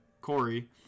Corey